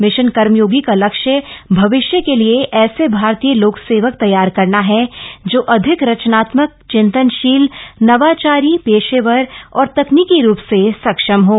mission Karmayogi का लक्ष्य भविष्य के लिए ऐसे भारतीय लोक सेवक तैयार करना है जो अधिक रचनात्मक चिंतनशील नवाचारी पेशेवर और तकनीकी रूप से सक्षम हों